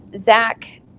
Zach